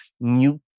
new